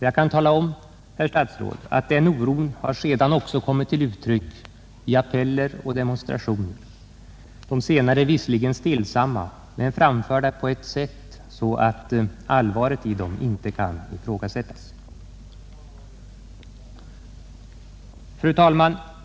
Jag kan tala om, herr statsråd, att den oron sedermera har kommit till uttryck i appeller och demonstrationer, de senare visserligen stillsamma men genomförda på ett sådant sätt att allvaret i dem inte kan ifrågasättas. Fru talman!